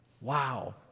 Wow